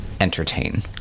entertain